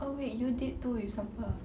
oh wait you did too with sampah